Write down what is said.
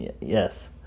yes